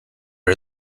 are